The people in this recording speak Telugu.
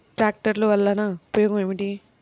ట్రాక్టర్లు వల్లన ఉపయోగం ఏమిటీ?